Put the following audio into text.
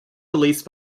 release